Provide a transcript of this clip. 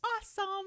awesome